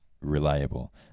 reliable